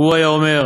הוא היה אומר,